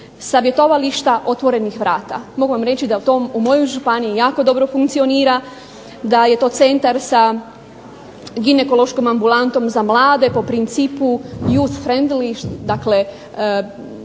savjetovališta otvorenih vrata. Mogu vam reći da to u mojoj županiji jako dobro funkcionira, da je to centar sa ginekološkom ambulantom za mlade po principu .../Govornica se